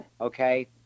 okay